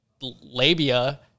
labia